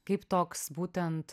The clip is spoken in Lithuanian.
kaip toks būtent